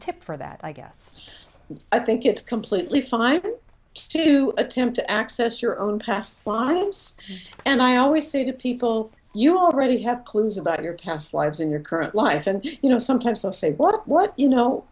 tip for that i guess i think it's completely fine been to attempt to access your own past lives and i always say to people you already have clues about your past lives in your current life and you know sometimes they'll say what what you know